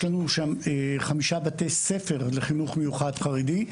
יש לנו שם חמישה בתי ספר לחינוך מיוחד חרדי,